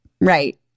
Right